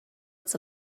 its